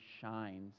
shines